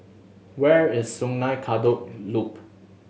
where is Sungei Kadut Loop